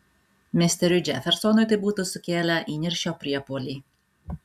misteriui džefersonui tai būtų sukėlę įniršio priepuolį